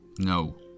No